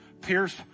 pierce